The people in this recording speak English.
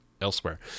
elsewhere